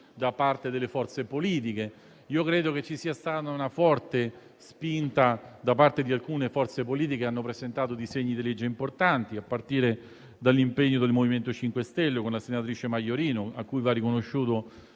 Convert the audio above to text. da parte delle forze politiche. Credo che ci sia stata una forte spinta da parte di alcune forze politiche, che hanno presentato disegni di legge importanti, a partire dal MoVimento 5 Stelle con la senatrice Maiorino, a cui va riconosciuto